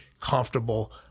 comfortable